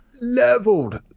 Leveled